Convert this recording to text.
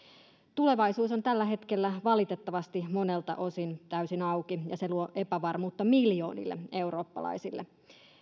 tulevaisuus on tällä hetkellä valitettavasti monelta osin täysin auki ja se luo epävarmuutta miljoonille eurooppalaisille